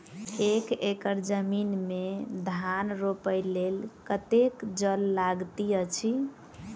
एक एकड़ जमीन मे धान रोपय लेल कतेक जल लागति अछि?